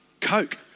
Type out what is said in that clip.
Coke